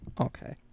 Okay